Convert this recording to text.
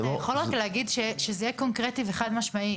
אתה יכול רק להגיד שזה יהיה קונקרטי וחד משמעי,